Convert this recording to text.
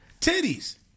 Titties